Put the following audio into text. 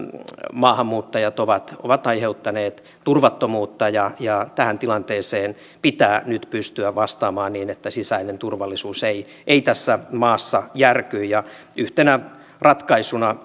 maahanmuuttajat ovat ovat aiheuttaneet turvattomuutta ja ja tähän tilanteeseen pitää nyt pystyä vastaamaan niin että sisäinen turvallisuus ei ei tässä maassa järky yhtenä ratkaisuna